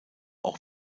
auch